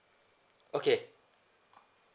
okay